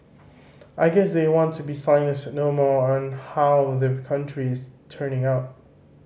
I guess they want to be silent no more on how the country is turning out